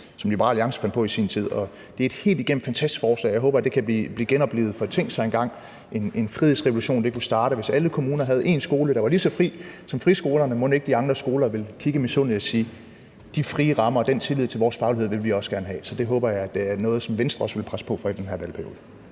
som Liberal Alliance fandt på i sin tid, og det er et helt igennem fantastisk forslag, og jeg håber, at det kan blive genoplivet, for tænk sig engang en frihedsrevolution, det kunne starte, hvis alle kommuner hver havde én skole, der var lige så fri som friskolerne – mon ikke de andre skoler ville kigge misundeligt på den og sige: De frie rammer og den tillid til vores faglighed vil vi også gerne have? Så det håber jeg er noget, som Venstre også vil presse på for i den her valgperiode.